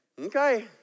Okay